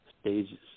stages